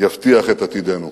יבטיח את עתידנו.